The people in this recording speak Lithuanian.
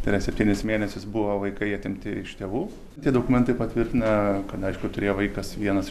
tai yra septynis mėnesius buvo vaikai atimti iš tėvų tie dokumentai patvirtina kad aišku turėjo vaikas vienas